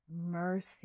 mercy